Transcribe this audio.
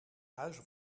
huis